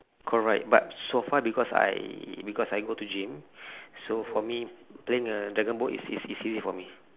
correct but so far because I because I go to gym so for me playing the dragonboat is is easy for me